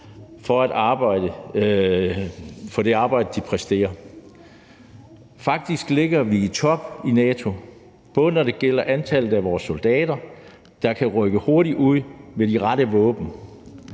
for det arbejde, de præsterer. Faktisk ligger vi i top i NATO, både når det gælder antallet af vores soldater, der kan rykke hurtigt ud med de rette våben,